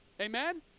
Amen